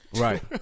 Right